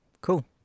cool